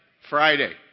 Friday